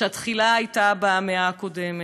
שהתחילה במאה הקודמת.